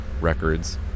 records